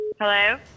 Hello